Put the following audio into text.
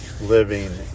living